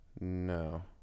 No